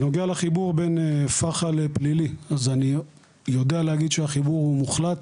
בנוגע לחיבור בין פח"ע לפלילי - אז אני יודע להגיד שהחיבור הוא מוחלט